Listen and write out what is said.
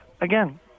Again